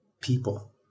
people